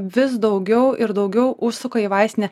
vis daugiau ir daugiau užsuka į vaistinę